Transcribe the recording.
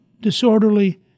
disorderly